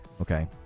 okay